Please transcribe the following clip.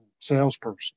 salesperson